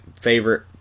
favorite